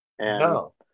No